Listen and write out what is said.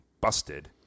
busted